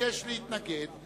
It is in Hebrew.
ביקש להתנגד.